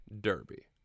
Derby